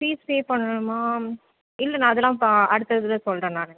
fees pay பண்ணணுமா இல்லை நான் அதெலாம் பா அடுத்த இதில் சொல்கிறேன் நான்